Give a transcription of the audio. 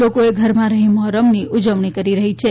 લોકો ઘરમાં રહી મહોરમની ઉજવણી કરી રહયાં છે